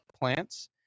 plants